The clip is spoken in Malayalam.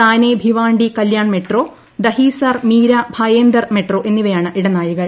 താനെ ഭിവാണ്ടി കല്യാൺ മെട്രോ ദഹീസർ മീരാ ഭയേന്ദർ മെട്രോ എന്നിവയാണ് ഇടനാഴികൾ